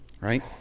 Right